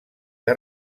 que